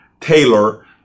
Taylor